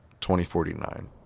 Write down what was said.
2049